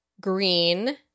green